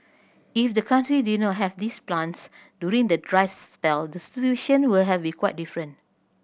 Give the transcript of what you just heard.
if the country did not have these plants during the dry spell the situation were have be quite different